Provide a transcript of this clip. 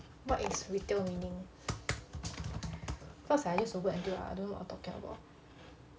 what is retail meaning cause I use the word until I don't know what I'm talking about